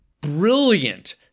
brilliant